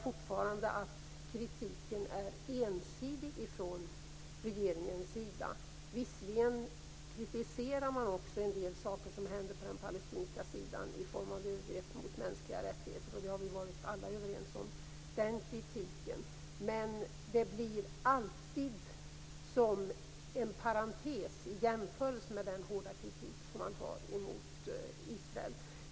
Kritiken är ensidig från regeringens sida. Visserligen kritiserar man en del saker som händer på den palestinska sidan i form av övergrepp mot mänskliga rättigheter. Vi har alla varit överens om den kritiken. Men den blir alltid som en parentes i jämförelse med den hårda kritiken mot Israel.